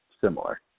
similar